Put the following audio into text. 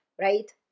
right